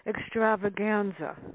extravaganza